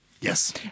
Yes